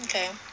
okay